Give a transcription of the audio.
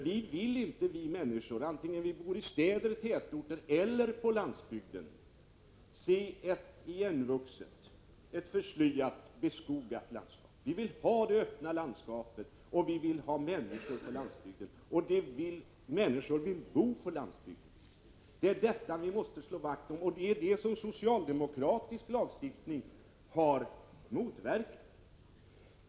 Vi människor vill inte, vare sig vi bor i städer, i tätorter eller på landsbygden, se ett igenvuxet, ett förslyat, beskogat landskap. Vi vill ha ett öppet landskap, och vi vill ha människor på landsbygden. Människor vill bo på landsbygden. Det är detta vi måste slå vakt om. Det är det som socialdemokratisk lagstiftning har motverkat.